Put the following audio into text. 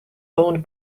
owned